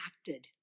acted